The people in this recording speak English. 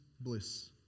bliss